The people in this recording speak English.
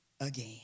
again